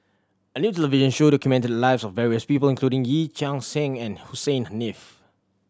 a new television show documented the lives of various people including Yee Chia Hsing and Hussein Haniff